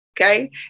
Okay